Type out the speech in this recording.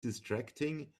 distracting